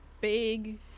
big